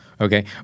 Okay